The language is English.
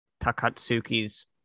Takatsuki's